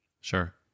Sure